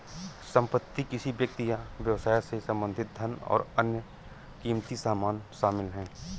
संपत्ति किसी व्यक्ति या व्यवसाय से संबंधित धन और अन्य क़ीमती सामान शामिल हैं